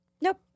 Nope